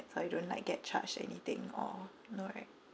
so I don't like get charged anything or no right